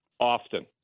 Often